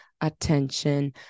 attention